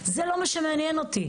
זה לא מה שמעניין אותי.